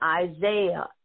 Isaiah